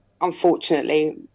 unfortunately